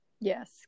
yes